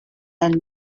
and